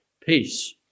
Peace